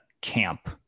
camp